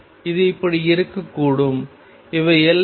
இது இப்படி இருக்கக்கூடும் இவை எல்லைகள்